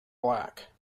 black